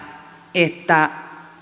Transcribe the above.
että